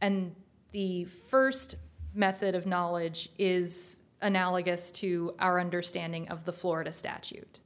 and the first method of knowledge is analogous to our understanding of the florida statute